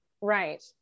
Right